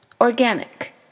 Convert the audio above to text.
Organic